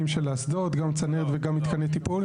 המתקנים של האסדות, גם צנרת וגם מתקני טיפול?